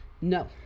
No